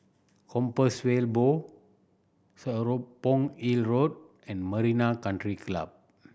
Compassvale Bow Serapong Hill Road and Marina Country Club